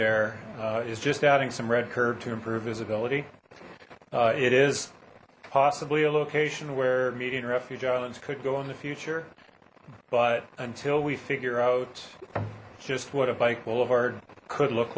there is just adding some red curve to improve visibility it is possibly a location where median refuge islands could go in the future but until we figure out just what a bike boulevard could look